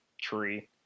tree